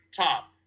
top